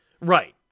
Right